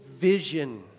vision